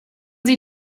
sie